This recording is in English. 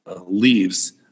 leaves